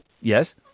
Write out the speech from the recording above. Yes